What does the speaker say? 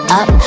up